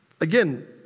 Again